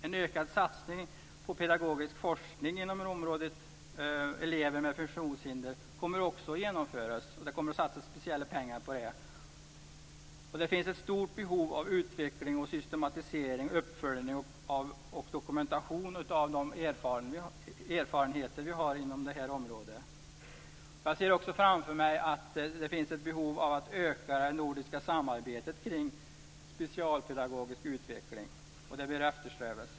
En ökad satsning på pedagogisk forskning inom området elever med funktionshinder kommer också att genomföras, och det kommer att satsas speciella pengar på det. Det finns ett stort behov av utveckling, systematisk uppföljning och dokumentation av de erfarenheter som vi har inom detta område. Jag ser också framför mig att det finns ett behov av att öka det nordiska samarbetet kring specialpedagogisk utveckling, vilket bör eftersträvas.